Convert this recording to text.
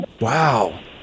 Wow